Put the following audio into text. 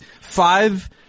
five